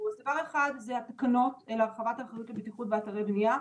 דבר אחד הוא בדבר הרחבת האחריות לבטיחות באתרי בנייה.